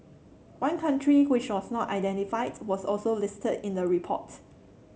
one country which was not identified was also listed in the report